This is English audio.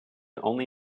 only